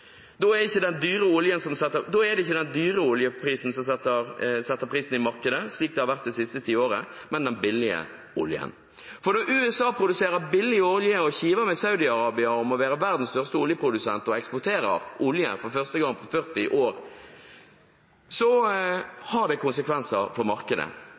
Da er det ikke den høye oljeprisen som setter prisen i markedet, slik det har vært det siste tiåret, men den billige oljen. For når USA produserer billig olje, kiver med Saudi-Arabia om å være verdens største oljeprodusent og eksporterer olje for første gang på 40 år, har det konsekvenser for markedet.